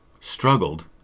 struggled